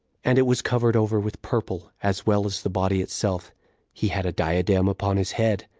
and it was covered over with purple, as well as the body itself he had a diadem upon his head,